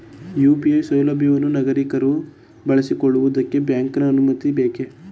UPI ಸೌಲಭ್ಯವನ್ನು ನಾಗರಿಕರು ಬಳಸಿಕೊಳ್ಳುವುದಕ್ಕೆ ಬ್ಯಾಂಕಿನ ಅನುಮತಿ ಬೇಕೇ?